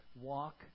walk